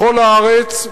בכל הארץ,